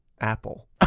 Apple